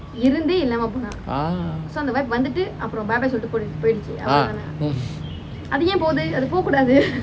ah ah